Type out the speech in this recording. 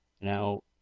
Now